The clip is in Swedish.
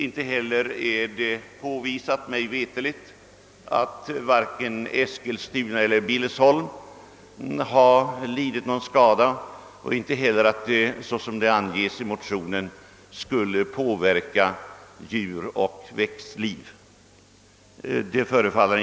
Inte heller är det mig veterligt påvisat att vare sig Eskilstuna eller Bil lesholm har lidit någon skada av fluorhalten eller att denna, som påstås i motionen, skulle ha påverkat växtoch djurliv.